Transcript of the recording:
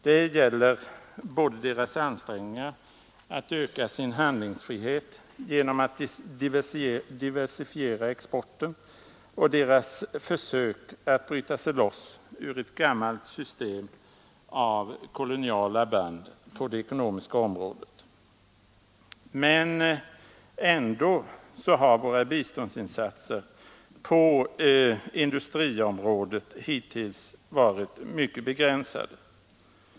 Det gäller både deras ansträngningar att öka sin handlingsfrihet genom att diversifiera exporten och deras försök att bryta sig loss ur ett gammalt system av koloniala band på det ekonomiska området. Men ändå har våra biståndsinsatser på industriområdet hittills varit mycket begränsade.